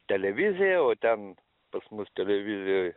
televizija o ten pas mus televizijoj